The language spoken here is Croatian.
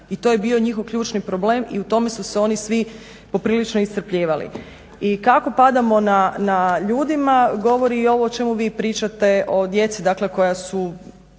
I to je bio njihov ključni problem i u tome su se oni svi poprilično iscrpljivali. I kako padamo na ljudima, govori i ovo o čemu vi pričate o djeci, dakle